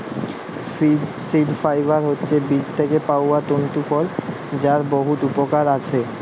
seed fibre হছে বীজ থ্যাইকে পাউয়া তল্তু ফল যার বহুত উপকরল আসে